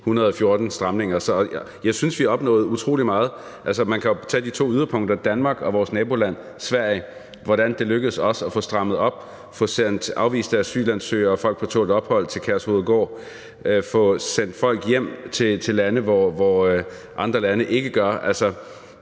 114 stramninger. Så jeg synes, at vi opnåede utrolig meget. Man kan jo tage de to yderpunkter, altså Danmark og vores naboland Sverige. Man kan se, hvordan det lykkedes os at få strammet op, at få sendt afviste asylansøgere og folk på tålt ophold til Kærshovedgård, at få sendt folk hjem til lande, som andre lande ikke